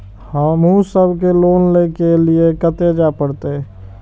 हमू सब के लोन ले के लीऐ कते जा परतें?